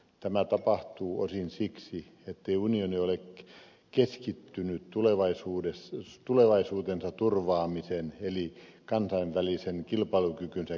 tämä tapahtuu osin siksi ettei unioni ole keskittynyt tulevaisuutensa turvaamisen eli kansainvälisen kilpailukykynsä kehittämiseen